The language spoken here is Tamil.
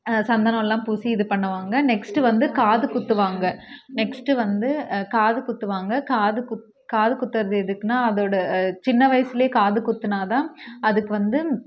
சந்தனம் எல்லாம் பூசி இது பண்ணுவாங்க நெக்ஸ்ட்டு வந்து காது குத்துவாங்க நெக்ஸ்ட் வந்து காது குத்துவாங்க காது குத் காது குத்துவது எதுக்குனால் அதோட சின்ன வயசிலே காது குத்தினாதான் அதுக்கு வந்து